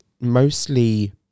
mostly